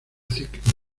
ciclismo